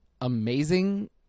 amazing